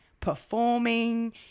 performing